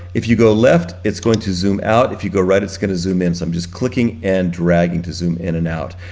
if you go left, it's going to zoom out. if you go right, it's gonna zoom in. so i'm just clicking and dragging to zoom in and out.